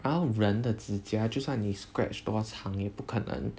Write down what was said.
然后人的指甲就算你 scratch 多长也不可能